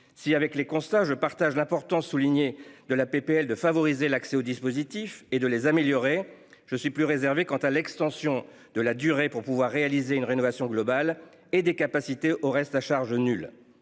Si avec les constats. Je partage l'important souligné de la PPL de favoriser l'accès au dispositif et de les améliorer, je suis plus réservé quant à l'extension de la durée pour pouvoir réaliser une rénovation globale et des capacités au reste à charge nul